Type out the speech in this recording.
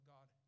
God